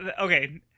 Okay